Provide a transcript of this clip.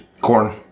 Corn